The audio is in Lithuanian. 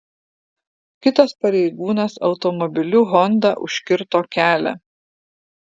kitas pareigūnas automobiliu honda užkirto kelią